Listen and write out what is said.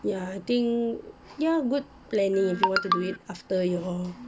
ya I think ya good planning if you want to do it after your